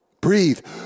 Breathe